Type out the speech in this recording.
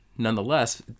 Nonetheless